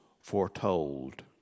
foretold